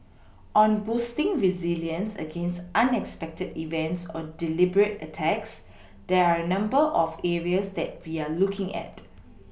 on boosting resilience against unexpected events or deliberate attacks there are a number of areas that we are looking at